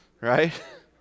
right